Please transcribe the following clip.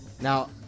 now